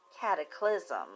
cataclysm